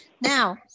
now